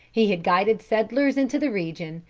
he had guided settlers into the region,